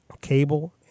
cable